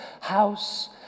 house